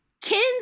Kins